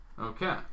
Okay